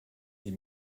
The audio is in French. des